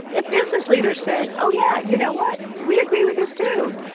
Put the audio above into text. if business leaders said, oh yeah, you know what, we agree with this too.